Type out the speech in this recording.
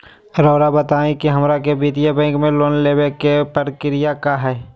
रहुआ बताएं कि हमरा के वित्तीय बैंकिंग में लोन दे बे के प्रक्रिया का होई?